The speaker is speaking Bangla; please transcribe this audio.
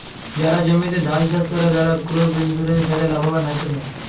যারা জমিতে ধাল চাস করে, তারা ক্রপ ইন্সুরেন্স ঠেলে লাভবান হ্যতে পারে